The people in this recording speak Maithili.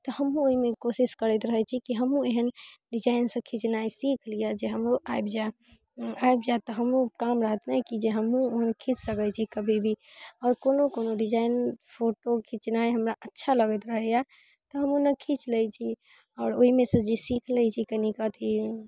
तऽ हमहूँ ओइमे कोशिश करैत रहै छी कि हमहूँ एहेन डिजाइनसँ खीचनाइ सीख लिअ जे हमरो आबि जाइ आबि जाइत तऽ हमहूँ काम रहत ने कि जे हमहूँ ओहेन खीच सकै छी कभी भी आओर कोनो कोनो डिजाइन फोटो खीचनाइ हमरा अच्छा लगैत रहैए तऽ हम ओना खीच लै छी आओर ओइमे सँ जे सीख लै छी कनीक अथी